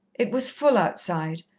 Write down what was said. it was full outside,